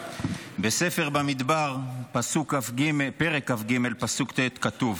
בספר במדבר, פרק כ"ג, פסוק ט', כתוב: